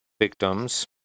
victims